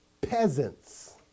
peasants